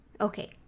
Okay